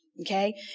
Okay